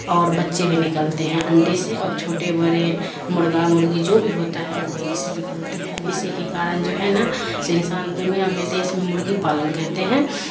اور بچے بھی نکلتے ہیں انڈے سے اور چھوٹے بڑے مرغا مرغی جو بھی ہوتا ہے وہی سے نکلتے ہیں اسی کے کارن جو ہے نا انسان دنیا میں دیش میں مرغی پالن کہتے ہیں